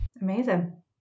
Amazing